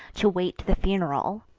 to wait the funeral,